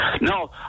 No